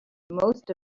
most